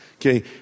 Okay